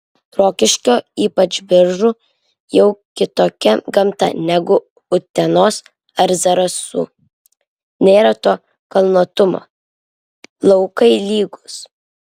rokiškio ypač biržų jau kitokia gamta negu utenos ar zarasų nėra to kalnuotumo laukai lygūs